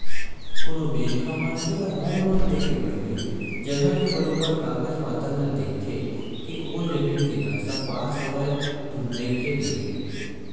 कोनो बेंक ह मनखे ल होम लोन देके पहिली जघा के बरोबर कागज पतर ल देखथे के ओ जमीन के नक्सा पास हवय धुन नइते कहिके